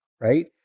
right